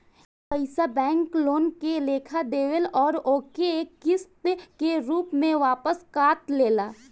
ई पइसा bank loan के लेखा देवेल अउर ओके किस्त के रूप में वापस काट लेला